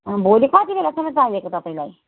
अँ भोलि कति बेलासम्म चाहिएको तपाईँलाई